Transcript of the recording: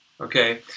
okay